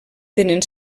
tenen